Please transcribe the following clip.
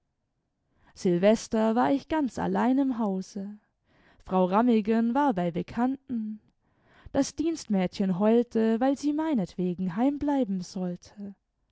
silvester war ich ganz allein im hause frau ramnügen war bei bekannten das dienstmädchen heulte weil sie meinetwegen heimbleiben sollte